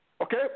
Okay